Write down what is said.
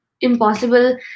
impossible